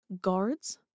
guards